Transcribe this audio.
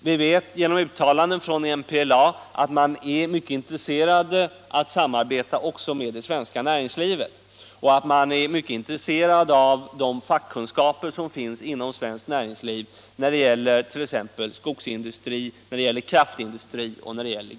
Vi vet genom uttalanden från MPLA att man mycket gärna vill samarbeta också med det svenska näringslivet och att man är mycket intresserad av de fackkunskaper som finns inom svenskt näringsliv när det gäller t.ex. skogsindustri, kraftindustri och gruvindustri.